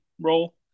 roll